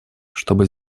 чтобы